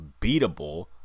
beatable